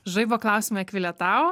žaibo klausimai akvile tau